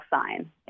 sign